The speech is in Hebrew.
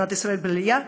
מדינת ישראל בלי עלייה,